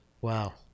wow